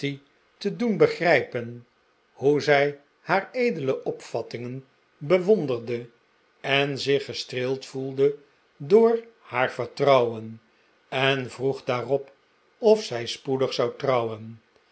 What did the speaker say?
te doen begrijpen hoe zij haar edele opvattirigen bewonderde en zich gestreeld voelde door haar vertrouwen en vroeg daarop of zij spoedig zou trouwen